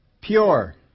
pure